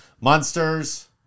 Monsters